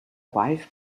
wife